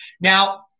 Now